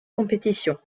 compétition